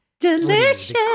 Delicious